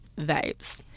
vapes